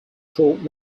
taught